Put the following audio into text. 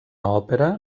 òpera